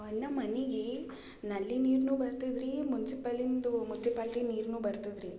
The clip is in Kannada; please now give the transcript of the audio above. ಎಲ್ಲ ಮನಿಗೆ ನಲ್ಲಿ ನೀರ್ನು ಬರ್ತಿದ್ದು ರೀ ಮುನ್ಸಿಪಾಲಿಂದು ಮುನ್ಸಿಪಾಲ್ಟಿ ನೀರ್ನು ಬರ್ತದೆ ರೀ